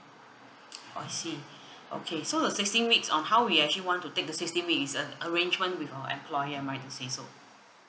I see okay so the sixteen weeks on how we actually want to take the sixteen week is an arrangement with our employer am I right to say so